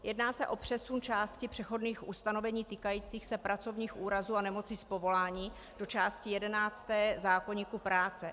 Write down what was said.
Jedná se o přesun části přechodných ustanovení týkajících se pracovních úrazů a nemocí z povolání do části jedenácté zákoníku práce.